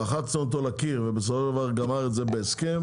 לחצנו אותו לקיר ובסופו של דבר הוא גמר את זה בהסכם,